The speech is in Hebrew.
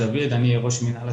בזה אני אסיים.